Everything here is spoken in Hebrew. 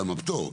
גם הפטור,